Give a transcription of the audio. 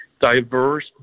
diverse